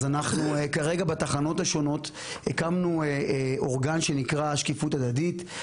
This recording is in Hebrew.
אנחנו כרגע בתחנות השונות הקמנו אורגן שנקרא שקיפות הדדית.